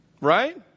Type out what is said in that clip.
Right